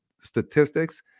statistics